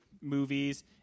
movies